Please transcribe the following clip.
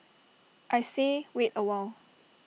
I say wait A while